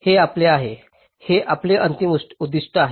ते आपले आहे ते आपले अंतिम उद्दीष्ट आहे